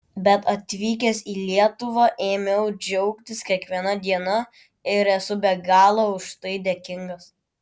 bet atvykęs į lietuvą ėmiau džiaugtis kiekviena diena ir esu be galo už tai dėkingas